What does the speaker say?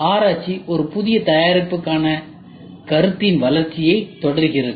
ஆராய்ச்சி ஒரு புதிய தயாரிப்புக் கருத்தின் வளர்ச்சியைத் தொடர்கிறது